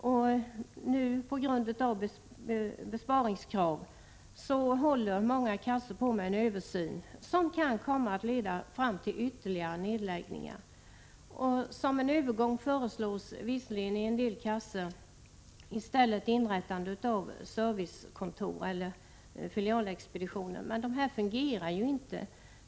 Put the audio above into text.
Nu pågår — på grund av besparingskrav — ute i många kassor en översyn som kan komma att leda till ytterligare nedläggningar. Ja, som en övergång föreslås i en del kassor i stället inrättande av servicekontor eller filialexpeditioner. Men dessa fungerar ju inte!